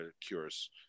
cures